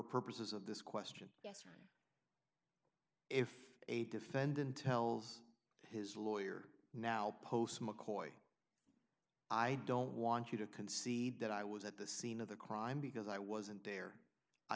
purposes of this question if a defendant tells his lawyer now post mccoy i don't want you to concede that i was at the scene of the crime because i wasn't there i